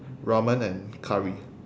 ramen and curry